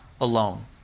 alone